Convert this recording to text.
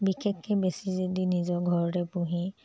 বিশেষকৈ বেছি যদি নিজৰ ঘৰতে পুহি